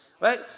right